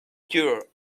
cure